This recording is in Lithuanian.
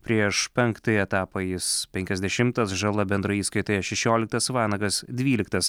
prieš penktąjį etapą jis penkiasdešimtas žala bendroje įskaitoje šešioliktas vanagas dvyliktas